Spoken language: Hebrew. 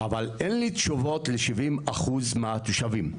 אבל אין לי תשובות ל-70% מהתושבים.